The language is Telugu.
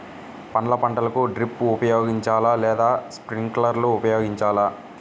పండ్ల పంటలకు డ్రిప్ ఉపయోగించాలా లేదా స్ప్రింక్లర్ ఉపయోగించాలా?